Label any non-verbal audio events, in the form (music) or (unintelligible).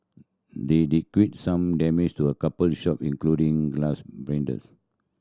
they did quite some damage to a couple shop including glass (unintelligible)